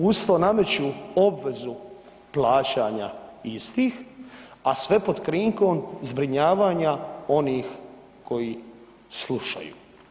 Uz to nameću obvezu plaćanja istih, a sve pod krinkom zbrinjavanja onih koji slušaju.